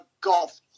golf